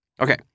Okay